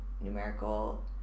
numerical